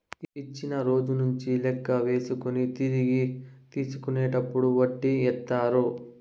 ఇచ్చిన రోజు నుంచి లెక్క వేసుకొని తిరిగి తీసుకునేటప్పుడు వడ్డీ ఏత్తారు